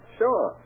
sure